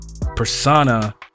persona